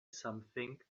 something